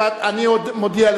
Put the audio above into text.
אני קובע שהצעת